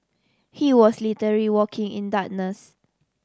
he was literary walking in darkness